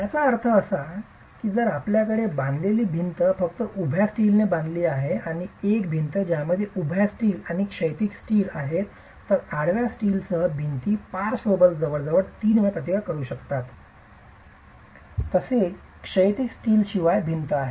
याचा अर्थ असा की जर आपल्याकडे बांधलेली भिंत फक्त उभ्या स्टीलने बांधली गेली आहे आणि एक भिंत ज्यामध्ये उभ्या स्टील आणि क्षैतिज स्टील आहेत तर आडव्या स्टीलसह भिंत पार्श्व बल जवळजवळ तीन वेळा प्रतिकार करू शकते तसेच क्षैतिज स्टीलशिवाय भिंत आहे